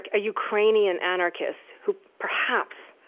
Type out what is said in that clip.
ah ukrainian anarchist, who, perhaps,